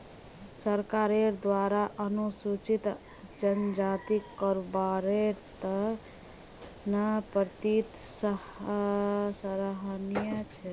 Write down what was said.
सरकारेर द्वारा अनुसूचित जनजातिक कारोबारेर त न प्रेरित सराहनीय छ